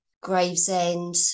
Gravesend